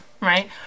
right